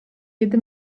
yedi